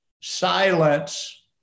silence